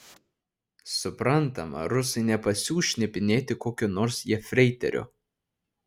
suprantama rusai nepasiųs šnipinėti kokio nors jefreiterio